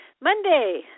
Monday